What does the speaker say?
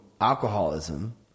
alcoholism